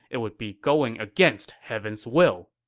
it would be going against heaven's will.